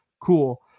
cool